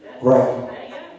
right